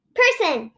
person